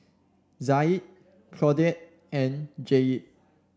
Zaid Claudette and Jaye